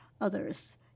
others